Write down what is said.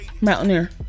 mountaineer